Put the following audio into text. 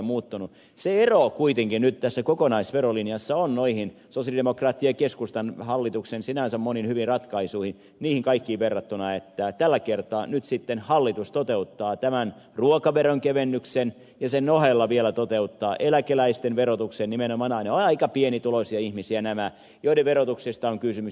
se ero kuitenkin nyt tässä kokonaisverolinjassa on noihin sosialidemokraattien ja keskustan hallituksen sinänsä moniin hyviin ratkaisuihin verrattuna että tällä kertaa nyt sitten hallitus toteuttaa tämän ruokaveron kevennyksen ja sen ohella vielä toteuttaa eläkeläisten verotuksen muutoksen nimenomaan aika pienituloisia ihmisiä ovat nämä joiden verotuksen kevennyksestä on kysymys